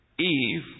Eve